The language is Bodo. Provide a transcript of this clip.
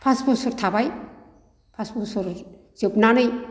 पास बोसोर थाबाय पास बोसोर जोबनानै